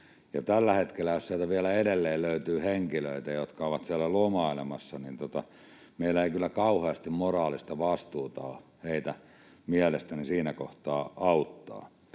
tällä hetkellä edelleen löytyy henkilöitä, jotka ovat siellä lomailemassa, niin mielestäni meillä ei kyllä ole kauheasti moraalista vastuuta heitä siinä kohtaa auttaa.